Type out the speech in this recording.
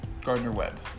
Gardner-Webb